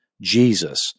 Jesus